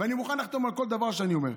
ואני מוכן לחתום על כל דבר שאני אומר,